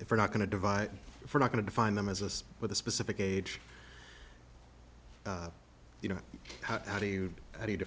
if we're not going to divide for not going to find them as us with a specific age you know how do you